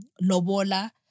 Lobola